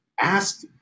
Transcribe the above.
Ask